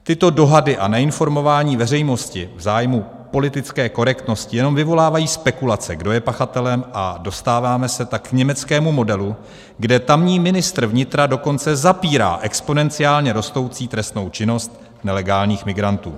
Tyto dohady a neinformování veřejnosti v zájmu politické korektnosti jenom vyvolávají spekulace, kdo je pachatelem, a dostáváme se tak k německému modelu, kde tamní ministr vnitra dokonce zapírá exponenciálně rostoucí trestnou činnost nelegálních migrantů.